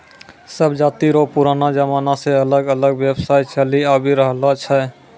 सब जाति रो पुरानो जमाना से अलग अलग व्यवसाय चलि आवि रहलो छै